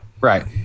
Right